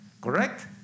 Correct